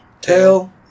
tail